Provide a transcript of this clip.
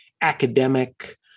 academic